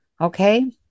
Okay